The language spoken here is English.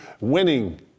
winning